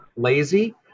lazy